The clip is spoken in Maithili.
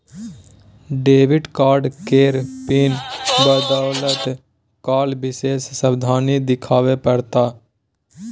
डेबिट कार्ड केर पिन बदलैत काल विशेष सावाधनी देखाबे पड़त